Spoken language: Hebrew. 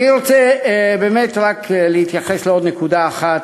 אני רוצה להתייחס לעוד נקודה אחת,